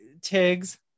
Tiggs